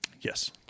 Yes